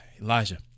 Elijah